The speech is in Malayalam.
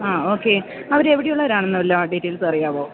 ആ ഓക്കേ അവർ എവിടെയുള്ളവരാണെന്ന് വല്ലതും അറിയാമോ